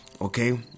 okay